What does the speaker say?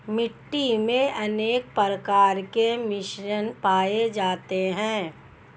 मिट्टी मे अनेक प्रकार के मिश्रण पाये जाते है